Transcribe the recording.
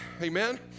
Amen